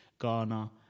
Ghana